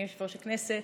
אדוני יושב-ראש הכנסת,